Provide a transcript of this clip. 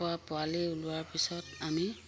পৰা পোৱালি ওলোৱাৰ পিছত আমি